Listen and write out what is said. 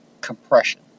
compression